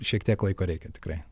šiek tiek laiko reikia tikrai